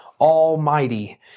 Almighty